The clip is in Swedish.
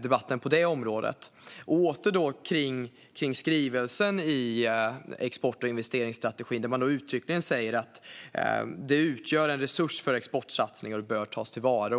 debatten på det området. Jag återkommer till skrivningen i export och investeringsstrategin. Där säger man uttryckligen att dessa personer utgör en resurs för exportsatsningar och bör tas till vara.